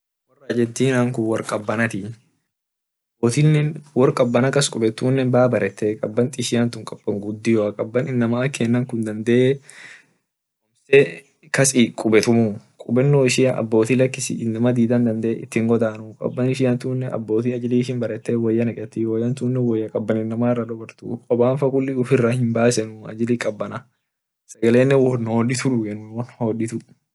Wor argentina wor kabana wor kun kaa kaban kas kubet kun baa baredee kaban ishiantun kaban gudio kaban inama ak kennakun dade kas kubetumuu kubenno ishia aboti lakis inama ak kennan kun dandee it hingodanuu wor aboti barete woya neketii woya tunne kabana ufira dorgeni kobanne ufira hinbasenuu sagale hoditu nyateni.